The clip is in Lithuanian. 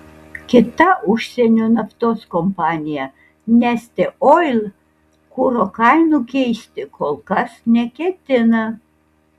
kita užsienio naftos kompanija neste oil kuro kainų keisti kol kas neketina